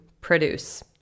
produce